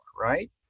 right